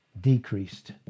Decreased